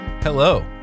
hello